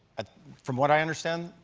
ah from what i understand,